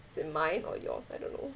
is it mine or yours I don't know